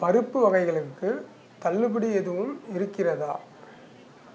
பருப்பு வகைகளுக்கு தள்ளுபடி எதுவும் இருக்கிறதா